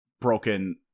broken